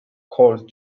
called